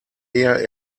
ehe